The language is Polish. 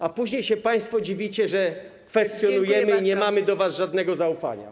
A później państwo się dziwicie, że kwestionujemy i nie mamy do was żadnego zaufania.